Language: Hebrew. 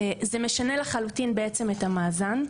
זה משנה לחלוטין בעצם את המאזן,